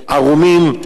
עירומים,